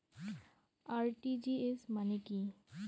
RTGS মানে কি?